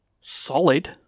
solid